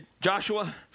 Joshua